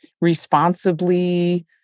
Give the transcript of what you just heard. responsibly